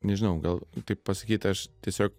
nežinau gal taip pasakyt aš tiesiog